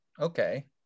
Okay